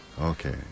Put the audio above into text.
Okay